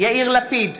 יאיר לפיד,